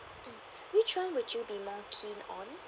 mm which one would you be more keen on